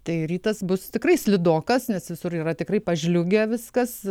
tai rytas bus tikrai slidokas nes visur yra tikrai pažliugę viskas